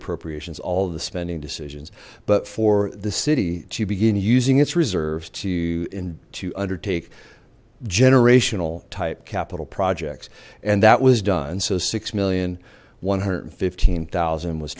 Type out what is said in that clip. appropriations all of the spending decisions but for the city to begin using its reserves to in to undertake generational type capital projects and that was done so six million one hundred fifteen thousand was